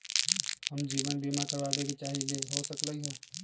हम जीवन बीमा कारवाबे के चाहईले, हो सकलक ह?